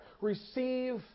Receive